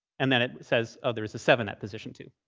and then it says, oh, there is a seven at position two,